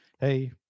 hey